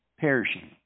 perishing